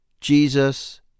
Jesus